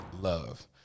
Love